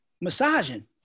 massaging